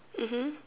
mmhmm